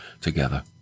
together